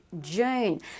June